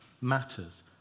matters